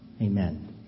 Amen